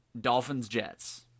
Dolphins-Jets